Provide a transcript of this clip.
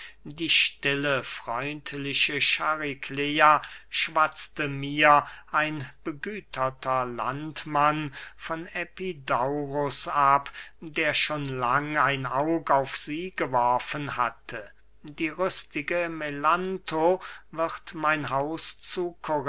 die stille freundliche chariklea schwatzte mir ein begüterter landmann von epidaurus ab der schon lang ein aug auf sie geworfen hatte die rüstige melantho wird mein haus zu